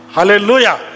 Hallelujah